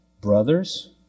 Brothers